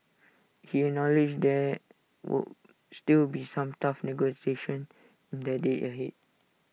he acknowledged there would still be some tough negotiations in the days ahead